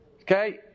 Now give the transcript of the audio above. Okay